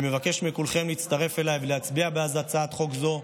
אני מבקש מכולכם להצטרף אליי ולהצביע בעד הצעת חוק זו.